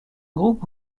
groupe